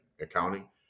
accounting